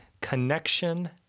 connection